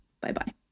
Bye-bye